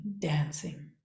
dancing